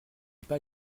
pas